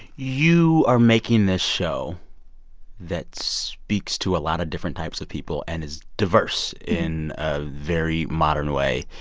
you are making this show that speaks to a lot of different types of people and is diverse in a very modern way.